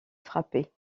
frappé